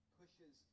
pushes